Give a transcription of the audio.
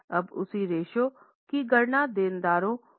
अब उसी रेश्यो की गणना देनदारों के लिए की जा सकती है